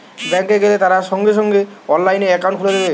bank এ গেলে তারা সঙ্গে সঙ্গে অনলাইনে একাউন্ট খুলে দেবে